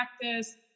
practice